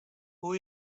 who